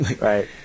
right